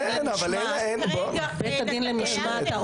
בית הדין למשמעת,